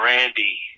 Randy